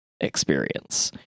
experience